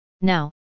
Now